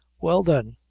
well, then,